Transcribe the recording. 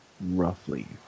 roughly